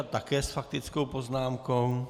Také s faktickou poznámkou.